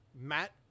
Matt